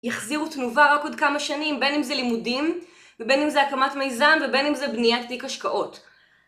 יחזירו תנובה רק עוד כמה שנים - בין אם זה לימודים, ובין אם זה הקמת מיזם, ובין אם זה בניית תיק השקעות.